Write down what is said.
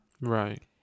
Right